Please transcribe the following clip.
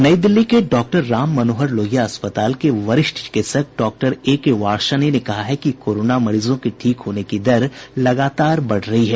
नई दिल्ली के डॉ राममनोहर लोहिया अस्पताल के वरिष्ठ चिकित्सक डॉक्टर ए के वार्ष्णेय ने कहा है कि कोरोना मरीजों के ठीक होने की दर लगातार बढ़ रही है